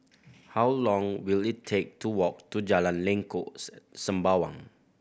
how long will it take to walk to Jalan Lengkok Sembawang